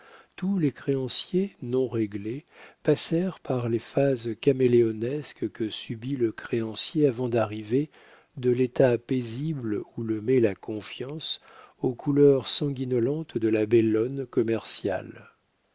tous les créanciers non réglés passèrent par les phases caméléonesques que subit le créancier avant d'arriver de l'état paisible où le met la confiance aux couleurs sanguinolentes de la bellone commerciale